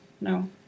No